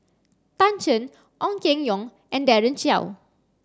Tan Shen Ong Keng Yong and Daren Shiau